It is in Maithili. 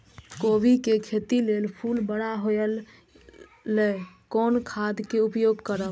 कोबी के खेती लेल फुल बड़ा होय ल कोन खाद के उपयोग करब?